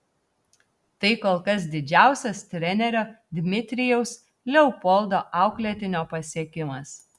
tai kol kas didžiausias trenerio dmitrijaus leopoldo auklėtinio pasiekimas